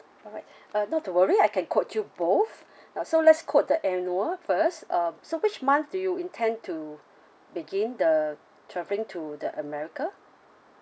alright uh not to worry I can quote you both uh so let's quote the annual first uh so which month do you intend to begin the travelling to the america